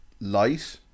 light